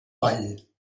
vall